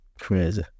crazy